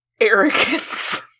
arrogance